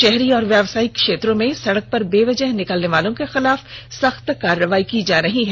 शहरी और व्यवसायिक क्षेत्रों में सड़क पर बेवजह निकलने वालों के खिलाफ सख्त कार्रवाई की जा रही है